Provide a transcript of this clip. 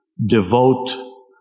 devote